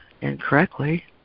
incorrectly